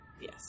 yes